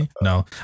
No